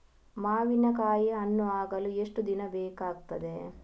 ಮಾವಿನಕಾಯಿ ಹಣ್ಣು ಆಗಲು ಎಷ್ಟು ದಿನ ಬೇಕಗ್ತಾದೆ?